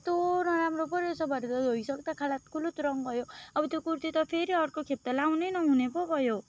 त्यस्तो नराम्रो पो रहेछ भरे त धोइसक्दा खालात खुलुत रङ गयो अब त्यो कुर्ती त फेरि अर्कोखेप त लगाउनै नहुने पो भयो